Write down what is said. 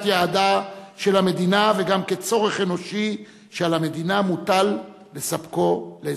יעדה של המדינה וגם כצורך אנושי שעל המדינה מוטל לספקו לאזרחיה".